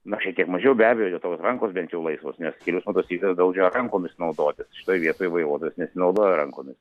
na šiek tiek mažiau be abejo dėl to kad rankos bent jau laisvos nes kelių eismo taisyklės draudžia rankomis naudotis šitoj vietoj vairuotojas nesinaudoja rankomis